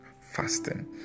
fasting